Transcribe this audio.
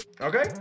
Okay